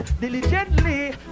diligently